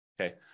Okay